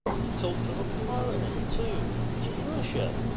he talked of a parliament, too, in russia,